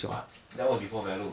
but that was before valo